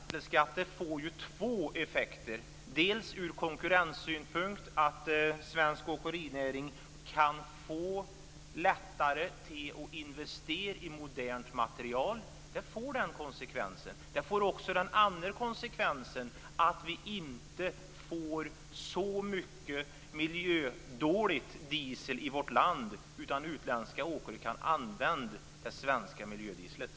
Fru talman! Sänkta bränsleskatter får två effekter. Den första effekten är att svensk åkerinäring ur konkurrenssynpunkt får det lättare att investera i modern materiel. Den andra effekten är att vi inte får så mycket diesel i vårt land som är dålig för miljön, utan att utländska åkare kan använda den svenska miljödieseln.